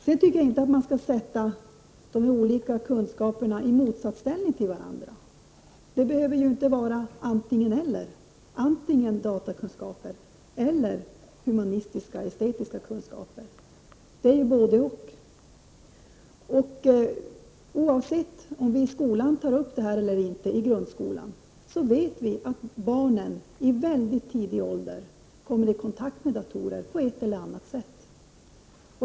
Sedan tycker jag inte man skall sätta de olika kunskaperna i motsatsställning till varandra. Det behöver ju inte vara ett antingen-eller — antingen datakunskaper eller humanistiskt/estetiska kunskaper — utan kan också vara ett både—och. Oavsett om grundskolan tar upp det här eller inte, vet vi att barnen i väldigt tidig ålder kommer i kontakt med datorer på ett eller annat sätt.